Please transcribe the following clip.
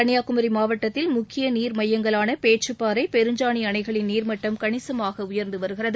கன்னியாகுமி மாவட்டத்தில் முக்கிய நீர்மையங்களான பேச்சிப்பாறை பெருஞ்சாணி அணைகளின் நீர்மட்டம் கணிசமாக உயர்ந்து வருகிறது